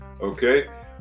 okay